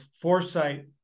foresight